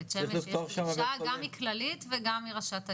בבית שמש יש דרישה גם מכללית וגם מראשת העיר.